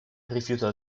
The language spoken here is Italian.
rifiuta